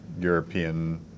European